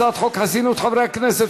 הצעת חוק חסינות חברי הכנסת,